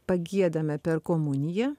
pagiedame per komuniją